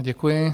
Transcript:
Děkuji.